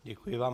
Děkuji vám.